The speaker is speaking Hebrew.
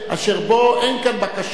אשר בו אין כאן בקשה,